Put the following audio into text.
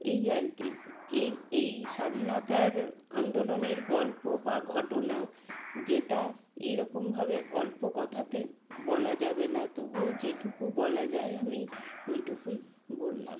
এই আর কী এর এই স্বাধীনতার আন্দোলনের গল্প বা ঘটনা যেটা এই রকমভাবে অল্প কথাতে বলা যাবে না তবুও যেটুকু বলা যায় আমি ওইটুকুই বললাম